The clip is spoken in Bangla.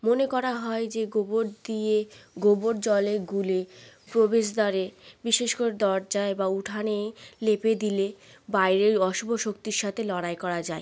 মনে করা হয় যে গোবর দিয়ে গোবর জলে গুলে প্রবেশ দ্বারে বিশেষ করে দরজায় বা উঠানে লেপে দিলে বায়রের অশুভ শক্তির সাতে লড়াই করা যায়